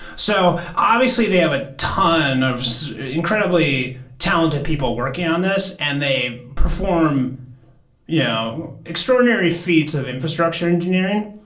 so obviously, they have a ton of incredibly talented people working on this and they perform you know extraordinary feats of infrastructure engineering.